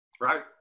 Right